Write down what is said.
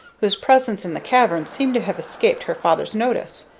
whose presence in the cavern seemed to have escaped her father's notice.